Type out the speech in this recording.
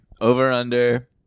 Over-under